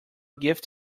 gift